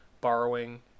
borrowing